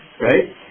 right